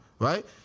Right